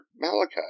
Malachi